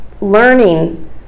learning